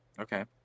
Okay